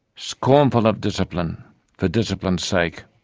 scornful of discipline for discipline's sake,